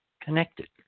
connected